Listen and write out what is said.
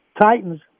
Titans